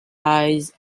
eyes